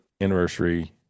anniversary